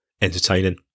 entertaining